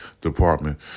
Department